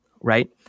Right